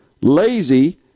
lazy